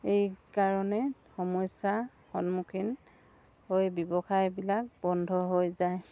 এই কাৰণে সমস্যা সন্মুখীন হৈ ব্যৱসায়বিলাক বন্ধ হৈ যায়